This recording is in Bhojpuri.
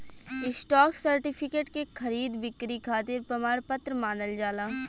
स्टॉक सर्टिफिकेट के खरीद बिक्री खातिर प्रमाण पत्र मानल जाला